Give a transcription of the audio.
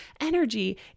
energy